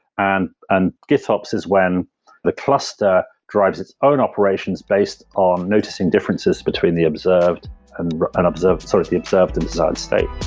and and gitops is when the cluster drives its own operations based on noticing differences between the observed and and observed sort of the observed and desired state